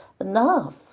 Enough